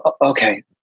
okay